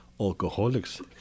alcoholics